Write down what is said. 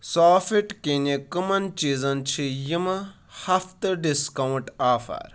سوفِٹ کٮ۪نہِ کٕمَن چیٖزَن چھ یِمہٕ ہفتہٕ ڈِسکاونٛٹ آفر